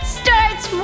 starts